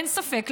אין ספק,